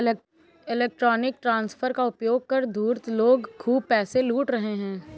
electronic transfer का उपयोग कर धूर्त लोग खूब पैसे लूट रहे हैं